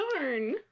darn